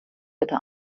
bitte